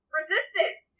resistance